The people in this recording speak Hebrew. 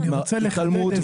ההתעלמות,